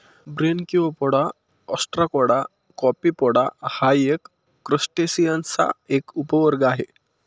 Branchiopoda, ostracoda, copepoda हा क्रस्टेसिअन्सचा एक उपवर्ग आहे